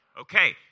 Okay